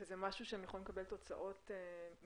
זה משהו שהם יכולים לקבל תוצאות מהירות?